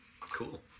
Cool